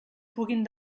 puguin